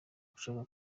ubasha